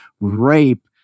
rape